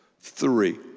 three